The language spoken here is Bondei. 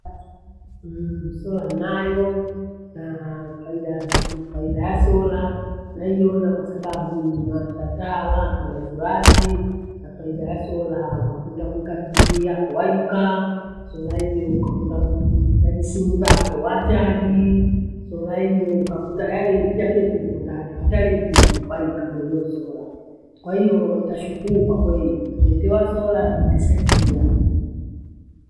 Ati sola ninayo naa faida yasi faida ya sola naiona. Kwasababu mimi nawasha taa wala kina wasiwasi na faida ya sola ukahunda kuika Tv yako waikaa. Sola hiyo ukakunda ku- kuru kuchaji simu zako wachaji. Sola hiyo ukakuta yaani, ni kila kitu ukundacho hata redio waikaa momo sola. Kwahiyo tashukuru kwa kweyi netiwa sola zatusaidia.